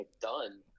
done